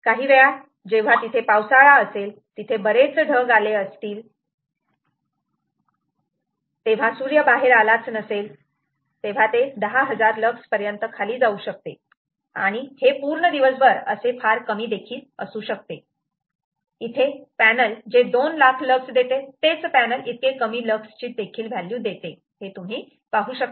काही वेळा जेव्हा तिथे पावसाळा असेल तिथे बरेच ढग आले असतील तेव्हा सूर्य बाहेर आलाच नसेल तेव्हा ते 10000 लक्स पर्यंत जाऊ शकते आणि हे पूर्ण दिवसभर असे फार कमी असू शकते इथे पॅनल जे 2 लाख लक्स देते तेच पॅनल इतके कमी लक्स ची देखील व्हॅल्यू देते हे तुम्ही पाहू शकतात